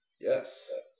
Yes